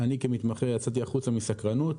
אני כמתמחה יצאתי החוצה מסקרנות.